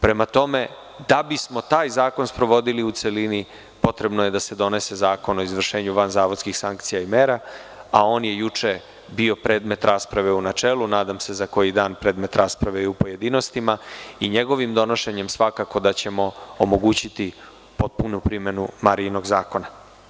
Prema tome, da bismo taj zakon sprovodili u celini, potrebno je da se donese Zakon o izvršenju vanzavodskih sankcija i mera, a on je juče bio predmet rasprave u načelu, nadam se za koji dan i predmet rasprave u pojedinostima i njegovim donošenjem ćemo svakako omogućiti potpunu primenu Marijinog zakona.